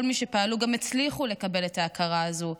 מי שפעלו גם הצליחו לקבל את ההכרה הזו,